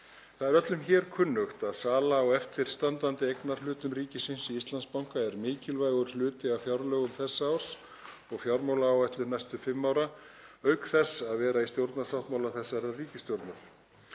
Það er öllum hér kunnugt að sala á eftirstandandi eignarhlutum ríkisins í Íslandsbanka er mikilvægur hluti af fjárlögum þessa árs og fjármálaáætlun næstu fimm ára, auk þess að vera í stjórnarsáttmála þessarar ríkisstjórnar,